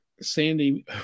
Sandy